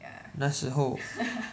那时候